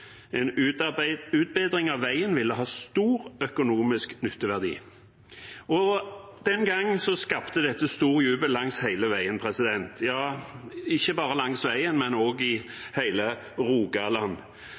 En utbedring av veien ville ha stor økonomisk nytteverdi. Den gang skapte dette stor jubel langs hele veien – ja, ikke bare langs veien, men